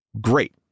great